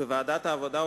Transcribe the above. בוועדת העבודה,